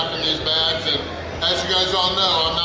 in these bags and as you guys all know,